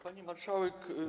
Pani Marszałek!